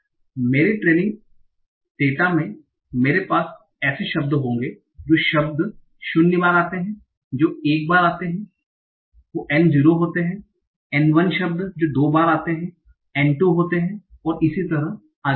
मेरे प्रशिक्षण data training data में मेरे पास ऐसे शब्द होंगे जो शब्द शून्य बार आते हैं जो एक बार होते हैं N 0 होते हैं N 1 शब्द जो दो बार आते हैं N2 होते हैं और इसी तरह होते हैं